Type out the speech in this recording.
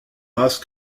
race